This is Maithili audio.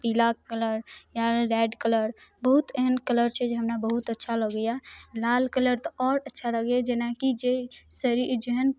पीला कलर या रेड कलर बहुत एहन कलर छै जे हमरा बहुत अच्छा लगैया लाल कलर तऽ आओर अच्छा लगैया जेना कि जे शरीर जेहन